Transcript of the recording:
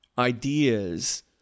ideas